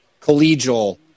collegial